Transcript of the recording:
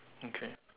okay